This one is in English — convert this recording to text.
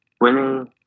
winning